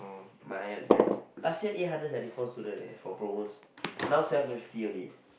my Chinese teacher last year eight hundred seventy four students for promos now seven hundred fifty only